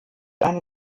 eine